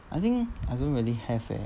I think I don't really have eh